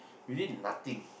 we did nothing